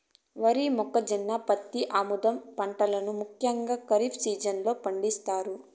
వరి, మొక్కజొన్న, పత్తి, ఆముదం పంటలను ముఖ్యంగా ఖరీఫ్ సీజన్ లో పండిత్తారు